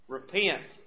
Repent